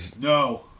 No